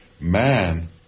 man